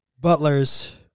Butlers